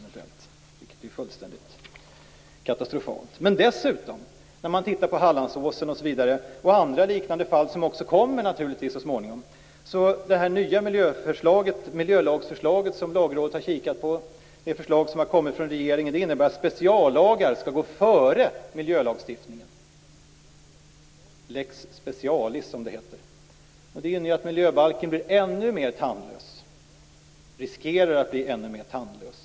Det är ju fullständigt katastrofalt. När man tittar på fallet med Hallandsåsen, och även på andra liknande fall som naturligtvis så småningom kommer att komma upp, så ser man att det miljölagsförslag som Lagrådet har kikat på, alltså det förslag som har kommit från regeringen, innebär att speciallagar skall gå före miljölagstiftningen - lex specialis som det heter. Det gör att miljöbalken riskerar att bli ännu mer tandlös.